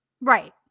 Right